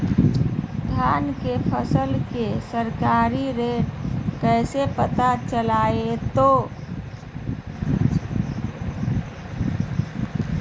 धान के फसल के सरकारी रेट कैसे पता चलताय?